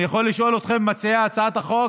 אני יכול לשאול אתכם, מציעי הצעת החוק: